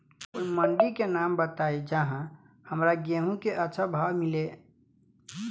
कोई मंडी के नाम बताई जहां हमरा गेहूं के अच्छा भाव मिले?